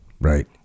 Right